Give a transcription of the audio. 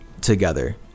together